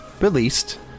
released